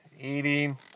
eating